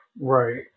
Right